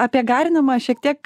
apie garinamą šiek tiek